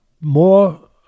more